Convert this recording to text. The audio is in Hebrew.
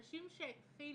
אנשים שהתחילו,